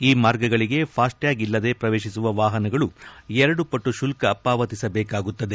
ಈ ಮಾರ್ಗಗಳಿಗೆ FASTag ಇಲ್ಲದೆ ಪ್ರವೇಶಿಸುವ ವಾಹನಗಳು ಎರಡು ಪಟ್ಟು ಶುಲ್ಲ ಪಾವತಿಸಬೇಕಾಗುತ್ತದೆ